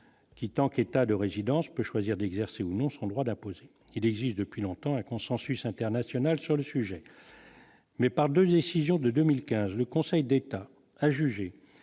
qui tant qu'État de résidence peut choisir d'exercer ou non son droit d'imposer, il existe depuis longtemps un consensus international sur le sujet mais par 2 décisions de 2015 le Conseil d'État a jugé